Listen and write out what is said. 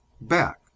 Back